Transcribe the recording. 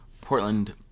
Portland